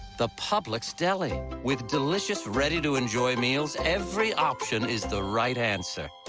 the publix deli. with delicious, ready to enjoy meals. every option is the right answer.